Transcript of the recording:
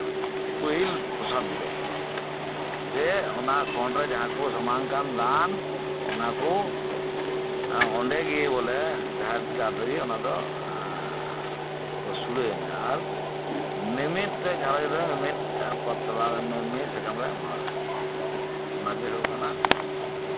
ᱯᱟᱹᱦᱤᱞ ᱯᱨᱚᱥᱟᱫ ᱫᱚ ᱫᱤᱭᱮ ᱚᱱᱟ ᱠᱷᱚᱲᱨᱮ ᱡᱟᱦᱟᱸ ᱠᱚ ᱥᱟᱢᱟᱝ ᱟᱠᱟᱱ ᱚᱱᱟ ᱠᱚ ᱚᱱᱰᱮ ᱜᱮ ᱵᱚᱞᱮ ᱚᱱᱟ ᱫᱚ ᱥᱩᱲᱟᱹᱭ ᱢᱮ ᱟᱨ ᱢᱤᱢᱤᱫᱴᱮᱡ ᱜᱷᱟᱸᱨᱚᱧᱡᱽ ᱨᱮ ᱢᱤᱢᱤᱫ ᱴᱮᱡ ᱯᱟᱛᱲᱟ ᱢᱤᱼᱢᱤᱫ ᱥᱟᱠᱟᱢ ᱨᱮ ᱮᱢᱟ ᱠᱚ ᱚᱱᱟᱜᱮ ᱦᱩᱭᱩᱜ ᱠᱟᱱᱟ